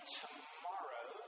tomorrow